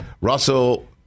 Russell